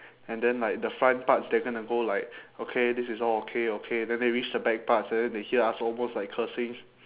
and then like the front parts they're gonna go like okay this is all okay okay then they reach the back parts and then they hear us almost like cursing